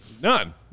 None